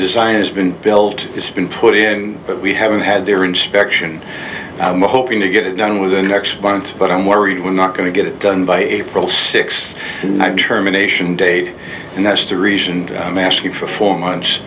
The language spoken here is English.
design has been built it's been put in but we haven't had their inspection i'm hoping to get it done with the next month but i'm worried we're not going to get it done by april sixth i determine ation date and that's the reason i'm asking for four months